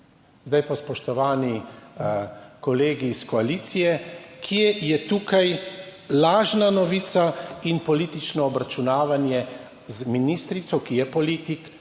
Zdaj pa, spoštovani kolegi iz koalicije, kje je tukaj lažna novica in politično obračunavanje z ministrico, ki je politik,